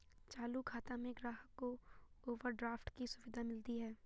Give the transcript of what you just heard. चालू खाता में ग्राहक को ओवरड्राफ्ट की सुविधा मिलती है